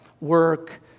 Work